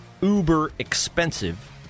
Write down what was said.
uber-expensive